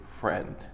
friend